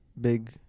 big